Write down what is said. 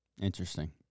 Interesting